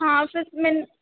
ਹਾਂ ਸਿਰਫ ਮੈਨੂੰ